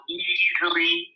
easily